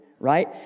Right